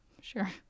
Sure